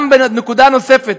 גם בנקודה נוספת,